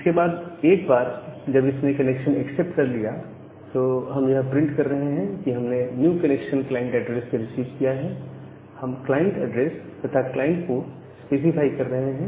इसके बाद एक बार जब इसने कनेक्शन एक्सेप्ट कर लिया तो हम यह प्रिंट कर रहे हैं कि हमने न्यू कनेक्शन क्लाइंट एड्रेस से रिसीव किया है हम क्लाइंट एड्रेस तथा क्लाइंट पोर्ट स्पेसिफाई कर रहे हैं